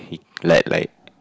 like like